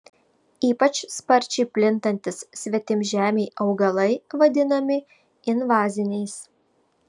ypač sparčiai plintantys svetimžemiai augalai vadinami invaziniais